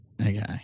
Okay